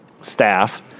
staff